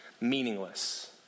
meaningless